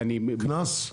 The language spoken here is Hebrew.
קנס?